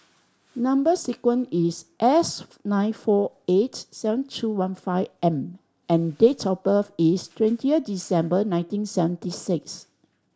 number sequence is S nine four eight seven two one five M and date of birth is twentieth December nineteen seventy six